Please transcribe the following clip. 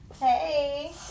Hey